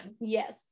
yes